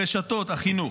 ברשתות החינוך.